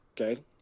okay